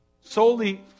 solely